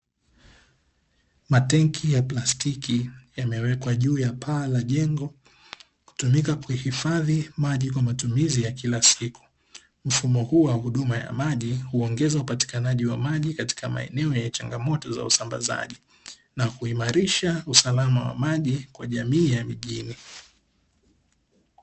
Matenki ya plastiki yameweka juu ya paa la jengo, kutumika kuhifadhi maji kwa huduma za kila siku. Mfumo huu wa huduma ya maji huongeza upatikanaji wa maji katika maeneo yenye changamoto za usambazaji na kuimarisha usalama wa maji kwa jamii ya mijini.